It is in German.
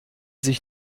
sich